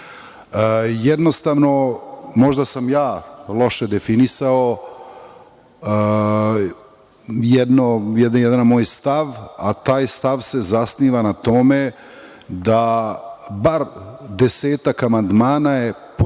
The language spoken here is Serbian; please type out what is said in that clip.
pažnje. Jednostavno, možda sam ja loše definisao jedan moj stav, a taj stav se zasniva na tome da bar desetak amandmana je potpuno